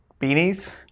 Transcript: Beanies